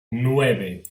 nueve